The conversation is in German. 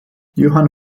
johann